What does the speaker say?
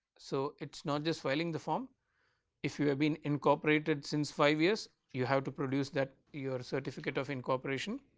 so, it is not just filling the form if you have been incorporated since, five years you have to produce that your certificate of incorporation